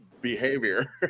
behavior